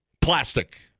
plastic